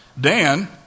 Dan